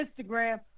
Instagram